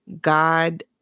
God